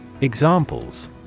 Examples